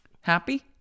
Happy